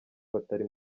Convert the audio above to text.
batari